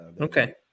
Okay